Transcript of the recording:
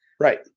Right